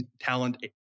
talent